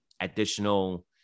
additional